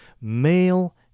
male